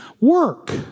work